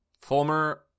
former